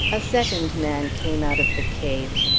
a second man came out of the cave.